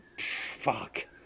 Fuck